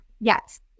Yes